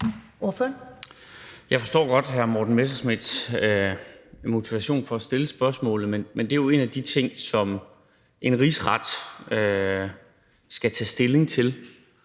Jeg forstår godt hr. Morten Messerschmidts motivation for at stille spørgsmålet, men det er jo en af de ting, som en rigsret skal tage stilling til,